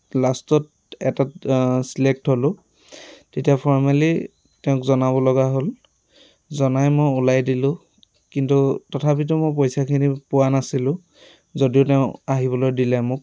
লাষ্টত এটাত ছিলেক্ট হ'লোঁ তেতিয়া ফৰ্মেলি তেওঁক জনাব লগা হ'ল জনাই মই ওলাই দিলোঁ কিন্তু তথাপিতো মই পইচাখিনি পোৱা নাছিলোঁ যদিও তেওঁ আহিবলৈ দিলে মোক